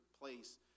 place